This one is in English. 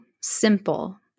simple